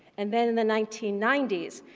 and then in the nineteen ninety s,